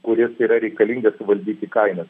kuris yra reikalingas suvaldyti kainas